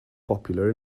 popular